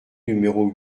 numéro